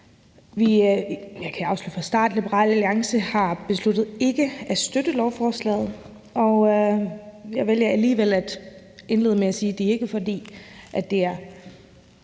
Jeg kan afsløre fra starten, at Liberal Alliance har besluttet ikke at støtte lovforslaget, men jeg vælger alligevel at indlede med at sige, at det ikke er, fordi det er